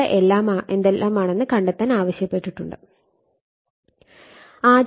ഇവ എല്ലാമാണ് കണ്ടെത്താൻ ആവശ്യപ്പെട്ടിട്ടുള്ളത്